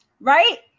right